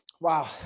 Wow